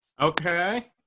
Okay